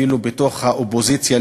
אפילו בתוך האופוזיציה,